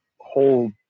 whole